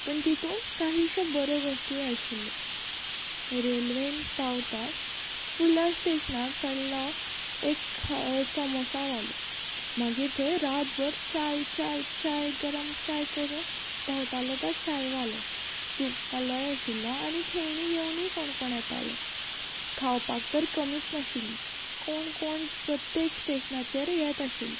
पण तितून काहिश्यो बऱ्यो गोश्टी आशिल्ल्यो रेल्वेन पावताच फुडल्या स्टेशनार चडलो एक खा समोसावालो मागीर थंय रातभर चाय चाय चाय गरम चाय करून भोंवतालो तो चायवालो सूपवालोय आशिल्लो आनी खेळणी घेवनूय कोण कोण येताले खावपाक तर कमीच नाशिल्ली कोण कोण प्रत्येक स्टेशनाचेर येत आशिल्ले